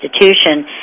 institution